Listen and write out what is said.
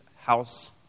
House